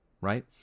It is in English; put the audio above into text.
right